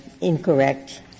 incorrect